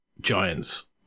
giants